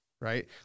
right